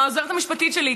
עם העוזרת המשפטית שלי.